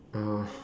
(uh huh)